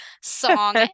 song